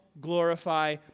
glorify